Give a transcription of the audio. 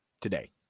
today